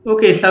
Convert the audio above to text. Okay